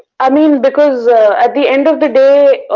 i mean, because at the end of the day,